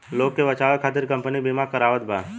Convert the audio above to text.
लोग के बचावे खतिर कम्पनी बिमा करावत बा